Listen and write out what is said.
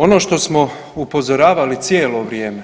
Ono što smo upozoravali cijelo vrijeme,